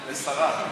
יש שרה.